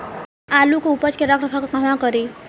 आलू के उपज के रख रखाव कहवा करी?